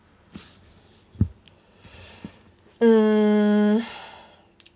mm